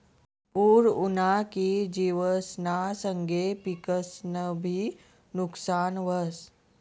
पूर उना की जिवसना संगे पिकंसनंबी नुकसान व्हस